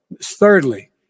thirdly